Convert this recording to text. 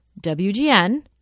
WGN